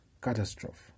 catastrophe